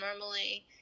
normally